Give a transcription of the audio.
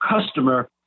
customer